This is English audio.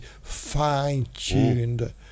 fine-tuned